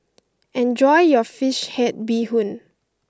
enjoy your Fish Head Bee Hoon